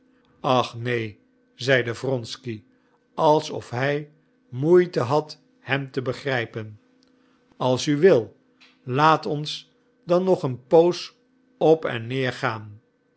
ach neen zeide wronsky alsof hij moeite had hem te begrijpen als u wil laat ons dan nog een poos op en neergaan in